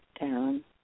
down